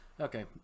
Okay